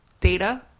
Data